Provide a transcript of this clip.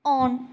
on